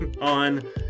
on